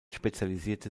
spezialisierte